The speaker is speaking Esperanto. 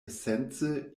esence